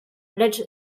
lecz